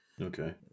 Okay